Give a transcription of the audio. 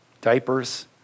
diapers